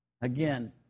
Again